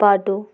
పాటు